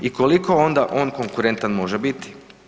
I koliko onda on konkurentan može biti?